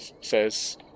says